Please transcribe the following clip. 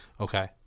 Okay